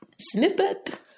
snippet